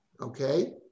Okay